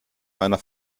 meiner